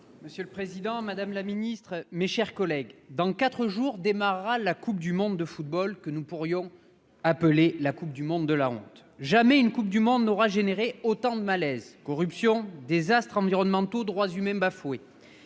Monsieur le président, madame la ministre, mes chers collègues, dans quatre jours démarrera la coupe du monde de football, que nous pourrions appeler la coupe du monde de la honte. Jamais une coupe du monde n'aura suscité autant de malaises : corruption, désastres environnementaux, droits humains bafoués.